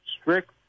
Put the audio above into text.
strict